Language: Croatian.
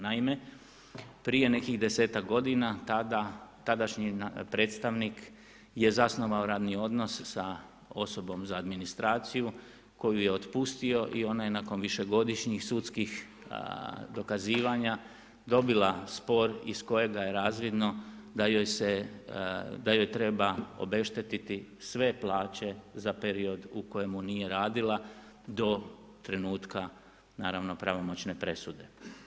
Naime, prije nekih desetak godina tadašnji predstavnik je zasnovao radni odnos sa osobom za administraciju koju je otpustio i ona je nakon višegodišnjih sudskih dokazivanja dobila spor iz kojega je razvidno da joj treba obeštetiti sve plaće za period u kojem nije radila do trenutka naravno pravomoćne presude.